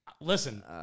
Listen